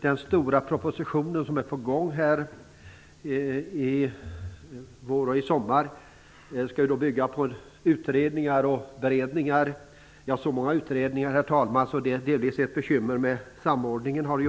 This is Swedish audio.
Den stora proposition som är på gång under våren och sommaren skall bygga på beredningar och utredningar - så många, herr talman, att det delvis har varit ett bekymmer med samordningen.